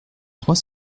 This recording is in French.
trois